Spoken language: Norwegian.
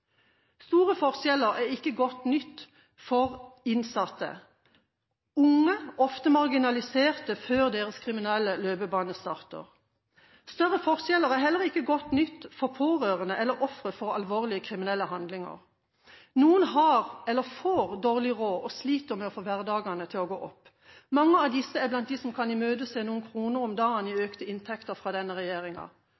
Store forskjeller er ikke godt nytt for innsatte unge, ofte marginalisert før deres kriminelle løpebane starter. Større forskjeller er heller ikke godt nytt for pårørende eller ofre for alvorlige kriminelle handlinger. Noen har eller får dårlig råd og sliter med å få hverdagene til å gå opp. Mange av disse er blant dem som kan imøtese noen kroner om dagen i